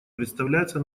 представляется